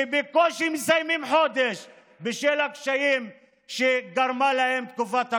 שבקושי מסיימים חודש בשל הקשיים שגרמה להם תקופת הקורונה.